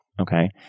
okay